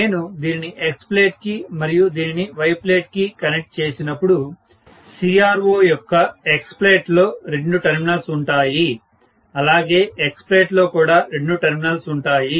నేను దీనిని X plate కి మరియు దీనిని Y ప్లేట్ కి కనెక్ట్ చేసినపుడు CRO యొక్క X ప్లేట్ లో రెండు టెర్మినల్స్ ఉంటాయి అలాగే Y ప్లేట్ లో కూడా రెండు టెర్మినల్స్ ఉంటాయి